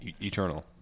eternal